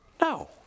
No